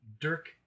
Dirk